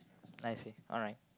I see alright